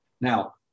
now